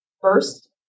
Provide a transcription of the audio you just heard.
first